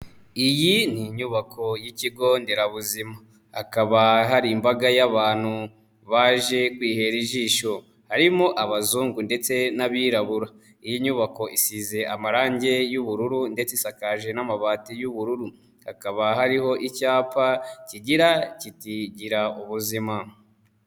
Iyi ni inyubako y'ikigo nderabuzima hakaba hari imbaga y'abantu baje kwihera ijisho, harimo abazungu ndetse n'abirabura, iyi nyubako isize amarange y'ubururu ndetse isakaje n'amabati y'ubururu hakaba hariho icyapa kigira kiti gira ubuzima.